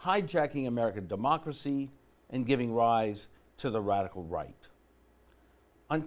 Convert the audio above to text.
hijacking american democracy and giving rise to the radical right on